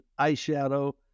eyeshadow